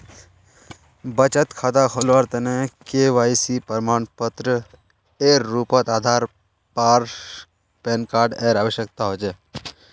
बचत खता खोलावार तने के.वाइ.सी प्रमाण एर रूपोत आधार आर पैन कार्ड एर आवश्यकता होचे